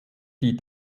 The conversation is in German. die